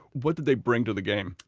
what did they bring to the game?